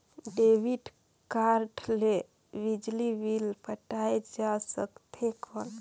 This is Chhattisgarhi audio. डेबिट कारड ले बिजली बिल पटाय जा सकथे कौन?